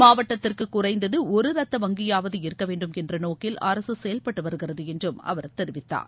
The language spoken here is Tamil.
மாவட்டத்திற்கு குறைந்தது ஒரு ரத்த வங்கியாவது இருக்க வேண்டும் என்ற நோக்கில் அரசு செயல்பட்டு வருகிறது என்றும் அவர் தெரிவித்தார்